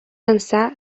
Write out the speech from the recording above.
ençà